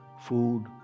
food